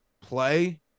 play